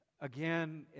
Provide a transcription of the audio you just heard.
Again